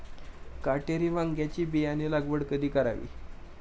काटेरी वांग्याची बियाणे लागवड कधी करावी?